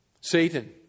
Satan